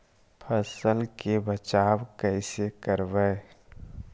फसल के बचाब कैसे करबय?